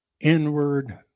inward